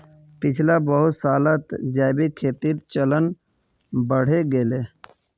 पिछला बहुत सालत जैविक खेतीर चलन बढ़े गेले